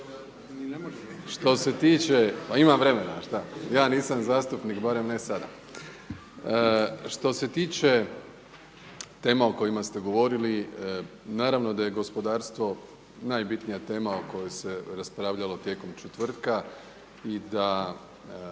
Što se tiče, a ima vremena, a šta. Ja nisam zastupnik, barem ne sada. Što se tiče tema o kojima ste govorili naravno da je gospodarstvo najbitnija tema o kojoj se raspravljalo tijekom četvrtka i da